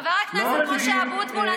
וחבר הכנסת משה אבוטבול,